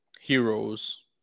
heroes